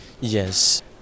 Yes